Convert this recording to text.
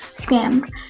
Scammed